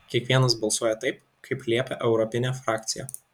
kiekvienas balsuoja taip kaip liepia europinė frakcija